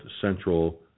central